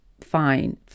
fine